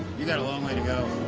you got a long way to go.